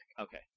Okay